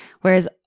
Whereas